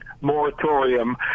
moratorium